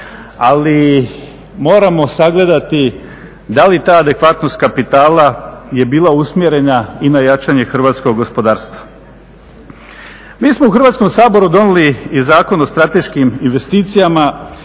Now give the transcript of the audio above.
ali moramo sagledati da li ta adekvatnost kapitala je bila usmjerena i na jačanje hrvatskog gospodarstva. Mi smo u Hrvatskom saboru donijeli i Zakon o strateškim investicijama,